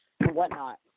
whatnot